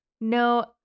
No